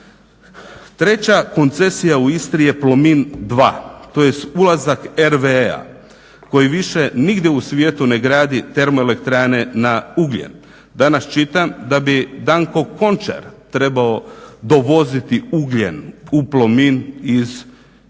Treća koncesija u Istri je PLOMIN 2 tj. ulazak RVE-a koji više nigdje u svijetu ne gradi termoelektrane na ugljen. Danas čitam da bi Danko Končar trebao dovoziti ugljen u PLOMIN iz Južne